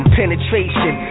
penetration